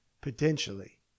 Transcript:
potentially